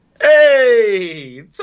Hey